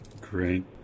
Great